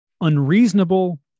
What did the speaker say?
unreasonable